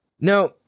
now